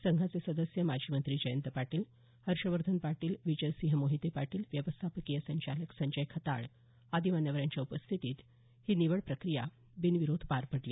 संघाचे सदस्य माजी मंत्री जयंत पाटील हर्षवर्धन पाटील विजयसिंह मोहिते पाटील व्यवस्थापकीय संचालक संजय खताळ आदी मान्यवरांच्या उपस्थितीत ही निवड प्रक्रिया बिनविरोध पार पडली